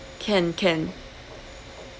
can can